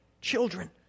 children